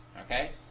Okay